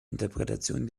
interpretation